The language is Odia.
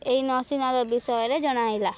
ଏହି ନସୀନ୍ନାଥ ବିଷୟରେ ଜଣାଇଲା